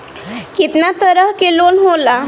केतना तरह के लोन होला?